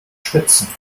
schwitzen